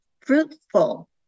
fruitful